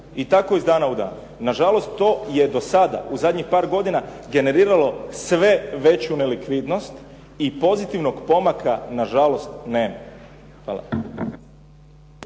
i tako iz dana u dan. Nažalost, to je do sada u zadnjih par godina generiralo sve veću nelikvidnost i pozitivnog pomaka nažalost nema. Hvala.